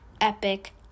epic